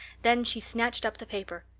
then she snatched up the paper.